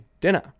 dinner